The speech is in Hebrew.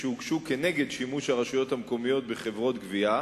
שהוגשו נגד שימוש הרשויות המקומיות בחברות גבייה,